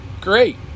Great